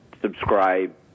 subscribe